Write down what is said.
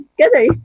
together